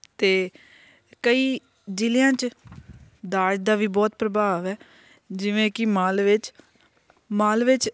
ਅਤੇ ਕਈ ਜ਼ਿਲ੍ਹਿਆਂ 'ਚ ਦਾਜ ਦਾ ਵੀ ਬਹੁਤ ਪ੍ਰਭਾਵ ਹੈ ਜਿਵੇਂ ਕਿ ਮਾਲਵੇ 'ਚ ਮਾਲਵੇ 'ਚ